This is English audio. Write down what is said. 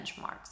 benchmarks